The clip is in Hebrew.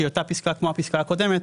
שהיא אותה פסקה כמו הפסקה הקודמת,